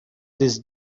these